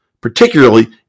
particularly